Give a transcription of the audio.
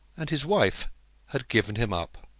and his wife had given him up.